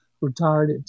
retired